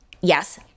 yes